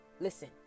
Listen